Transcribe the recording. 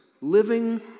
living